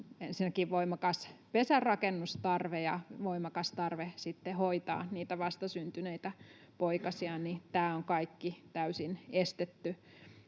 ensinnäkin voimakas pesänrakennustarve ja voimakas tarve sitten hoitaa niitä vastasyntyneitä poikasiaan, niin tämä on kaikki täysin estetty.